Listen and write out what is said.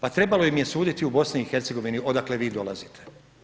Pa trebalo im je suditi u BiH odakle vi dolazite.